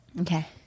Okay